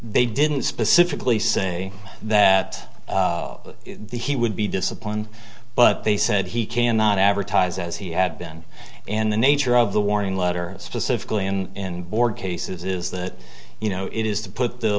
they didn't specifically say that he would be disciplined but they said he cannot advertise as he had been in the nature of the warning letter specifically in board cases is that you know it is to put the